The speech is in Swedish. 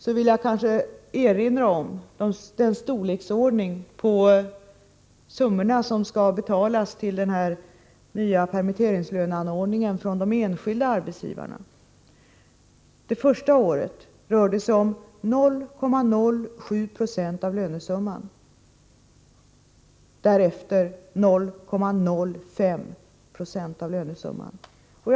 Jag vill då erinra om storleken på de summor som skall betalas till den nya permitteringslöneanordningen från de enskilda arbetsgivarna. Det första året rör det sig om 0,07 90 av lönesumman och därefter 0,05 96.